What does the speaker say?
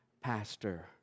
pastor